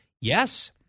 Yes